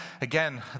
Again